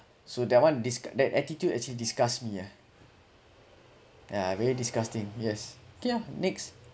so that one disc~ that attitude actually disgust me yeah yeah very disgusting yes okay ah next